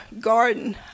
garden